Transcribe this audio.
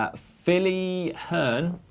ah philly hearn.